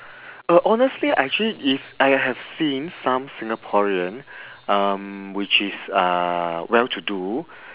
uh honestly actually if I have seen some singaporean um which is uh well to do